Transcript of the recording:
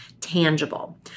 tangible